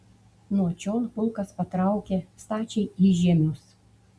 nuo čion pulkas patraukė stačiai į žiemius